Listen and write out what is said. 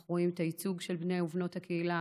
אנחנו רואים את הייצוג של בני ובנות הקהילה